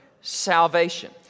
salvation